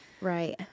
Right